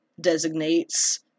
designates